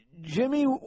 Jimmy